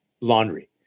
laundry